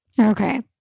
Okay